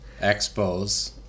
Expos